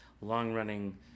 long-running